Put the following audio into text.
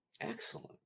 Excellent